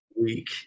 Week